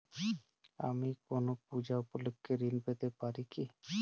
আমি কোনো পূজা উপলক্ষ্যে ঋন পেতে পারি কি?